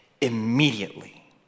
Immediately